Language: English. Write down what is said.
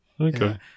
okay